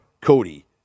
Cody